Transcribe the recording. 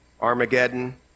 Armageddon